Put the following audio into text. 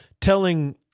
telling